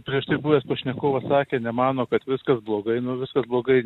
prieš tai buvęs pašnekovas sakė nemano kad viskas blogai nu viskas blogai